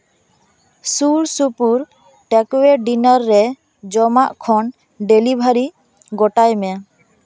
ᱥᱩᱨᱼᱥᱩᱯᱩᱨ ᱴᱮᱠᱳᱭᱮ ᱰᱤᱱᱟᱨ ᱨᱮ ᱡᱚᱢᱟᱜ ᱠᱷᱚᱱ ᱰᱮᱞᱤᱵᱷᱟᱨᱤ ᱜᱳᱴᱟᱭ ᱢᱮ